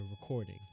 recording